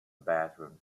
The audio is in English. bathroom